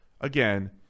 again